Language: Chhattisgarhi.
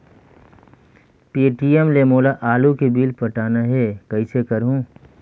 पे.टी.एम ले मोला आलू के बिल पटाना हे, कइसे करहुँ?